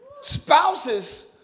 Spouses